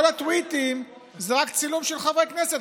כל הטוויטים זה רק צילום של חברי כנסת,